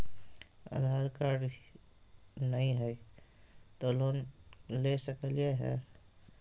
आधार card नही हय, तो लोन ले सकलिये है?